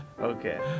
Okay